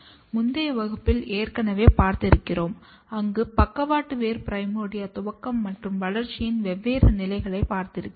முந்தைய வகுப்பில் ஏற்கனவே பார்த்திருக்கிறோம் அங்கு பக்கவாட்டு வேர் பிரைமோர்டியா துவக்கம் மற்றும் வளர்ச்சியின் வெவ்வேறு நிலைகளை பார்த்திருக்கிறோம்